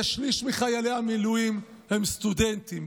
כשליש מחיילי המילואים הם סטודנטים.